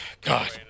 God